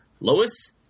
Lois